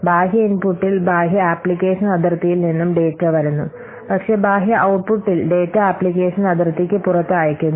ബാഹ്യ ഇൻപുട്ടിൽ ബാഹ്യ അപ്ലിക്കേഷൻ അതിർത്തിയിൽ നിന്നും ഡാറ്റ വരുന്നു പക്ഷേ ബാഹ്യ ഔട്ട്പുട്ടിൽ ഡാറ്റ അപ്ലിക്കേഷൻ അതിർത്തിക്ക് പുറത്ത് അയയ്ക്കുന്നു